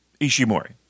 Ishimori